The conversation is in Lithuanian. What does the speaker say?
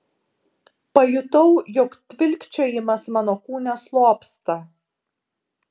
pajutau jog tvilkčiojimas mano kūne slopsta